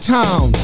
town